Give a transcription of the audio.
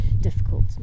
difficult